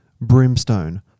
brimstone